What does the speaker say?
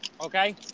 Okay